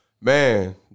Man